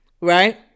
right